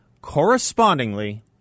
correspondingly